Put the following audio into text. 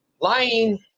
Lying